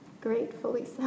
Gratefully